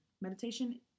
Meditation